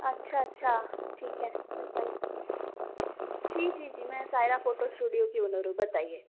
अच्छा अच्छा ठीक है बताओ जी जी जी मैं सायरा फोटो स्टूडियो से बोल रही बताइए